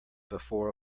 before